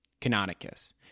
Canonicus